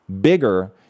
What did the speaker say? bigger